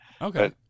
Okay